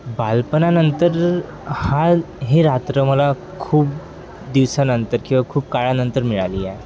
बालपणानंतर हा हे रात्र मला खूप दिवसानंतर किंवा खूप काळानंतर मिळाली आहे